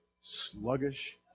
sluggish